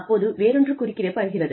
அப்போது வேறொன்று குறுக்கிட படுகிறது